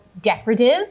decorative